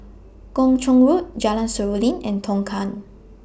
Kung Chong Road Jalan Seruling and Tongkang